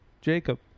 Jacob